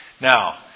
Now